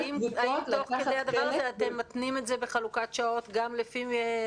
האם אתם מתנים את זה בחלוקת שעות גם לנשים.